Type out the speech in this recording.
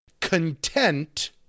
content